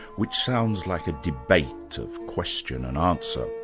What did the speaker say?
which sounds like a debate, of question and answer.